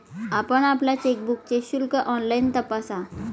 आपण आपल्या चेकबुकचे शुल्क ऑनलाइन तपासा